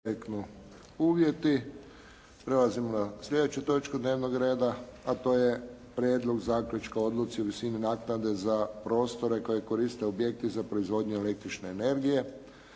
Josip (HSS)** Prelazimo na sljedeću točku dnevnog reda, a to je - Prijedlog zaključka o Odluci o visini naknade za prostore koje koriste objekti za proizvodnju električne energije